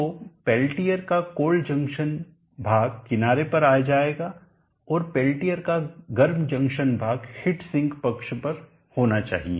तो पेल्टियर का cold junction भाग किनारे पर आ जाएगा और पेल्टियर का गर्म जंक्शन भाग हीट सिंक पक्ष पर होना चाहिए